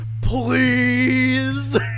Please